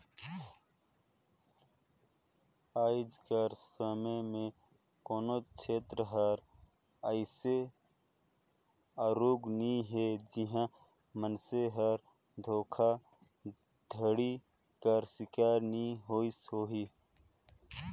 आएज कर समे में कोनो छेत्र हर अइसे आरूग नी हे जिहां मइनसे हर धोखाघड़ी कर सिकार नी होइस होही